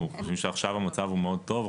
אנחנו חושבים שעכשיו המצב הוא מאוד טוב,